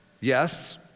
Yes